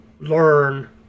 learn